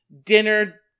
Dinner